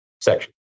section